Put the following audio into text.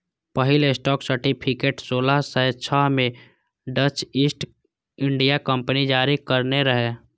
पहिल stock certificate सोलह सय छह मे डच ईस्ट इंडिया कंपनी जारी करने रहै